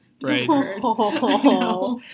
Right